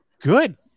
good